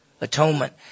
atonement